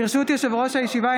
ברשות יושב-ראש הישיבה,